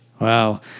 Wow